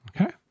Okay